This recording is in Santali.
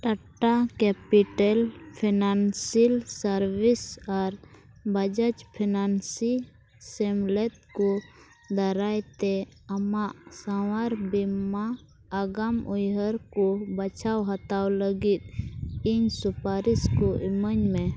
ᱴᱟᱴᱟ ᱠᱮᱯᱤᱴᱮᱞ ᱯᱷᱟᱭᱱᱟᱱᱥᱤᱭᱟᱞ ᱥᱟᱨᱵᱷᱤᱥᱮᱥ ᱟᱨ ᱵᱟᱡᱟᱡᱽ ᱯᱷᱟᱭᱱᱮᱱᱥ ᱥᱮᱢᱞᱮᱫ ᱠᱚ ᱫᱟᱨᱟᱭᱛᱮ ᱟᱢᱟᱜ ᱥᱟᱶᱟᱨ ᱵᱤᱢᱟ ᱟᱜᱟᱢ ᱩᱭᱦᱟᱹᱨ ᱠᱚ ᱵᱟᱪᱷᱟᱣ ᱦᱟᱛᱟᱣ ᱞᱟᱹᱜᱤᱫ ᱤᱧ ᱥᱩᱯᱟᱨᱤᱥᱠᱚ ᱤᱢᱟᱹᱧᱢᱮ